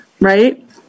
right